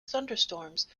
thunderstorms